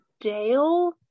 Dale